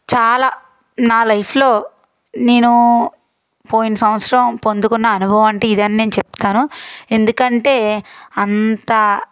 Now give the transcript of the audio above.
చాలా నా లైఫ్లో నేనూ పోయిన సంవత్సరం పొందుకున్న అనుభవం అంటే ఇదే అని నేను చెప్తాను ఎందుకంటే అంతా